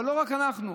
אבל לא רק אנחנו.